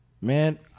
Man